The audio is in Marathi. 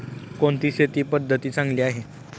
कोणती शेती पद्धती चांगली आहे?